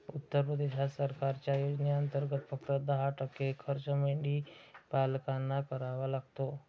उत्तर प्रदेश सरकारच्या योजनेंतर्गत, फक्त दहा टक्के खर्च मेंढीपालकांना करावा लागतो